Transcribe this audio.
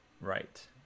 Right